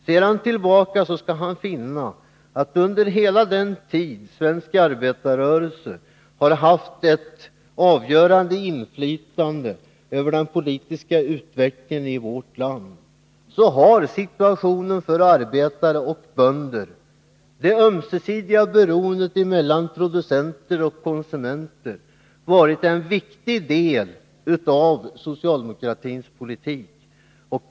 Ser han tillbaka, skall han finna att situationen för arbetare och bönder, det ömsesidiga beroendet mellan konsumenter och producenter, har varit en viktig del i socialdemokratins politik under hela den tid som svensk arbetarrörelse har haft ett avgörande inflytande över den politiska utvecklingen i vårt land.